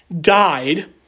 died